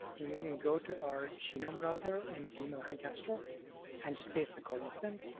i mean we can go to our genome browser in d. melanogaster and just paste the coordinates in.